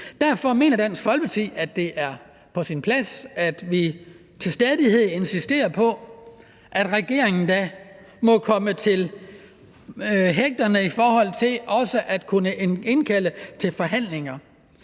Derfor mener Dansk Folkeparti, at det er på sin plads, at vi til stadighed insisterer på, at regeringen da må komme til hægterne i forhold til også at kunne indkalde til forhandlinger.